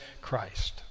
Christ